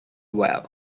well